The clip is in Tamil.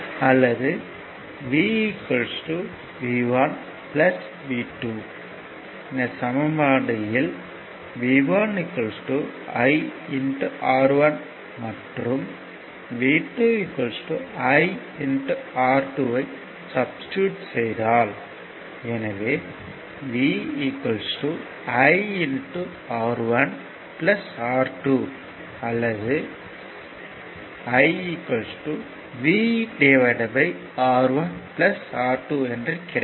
அல்லது V V1 V2 இந்த சமன்பாடு இல் V1 I R1 மற்றும் V2 I R2 ஐ சப்ஸ்டிடுட் செய்தால் எனவே V I R1 R2 அல்லது I V R1 R2 என கிடைக்கும்